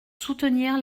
soutenir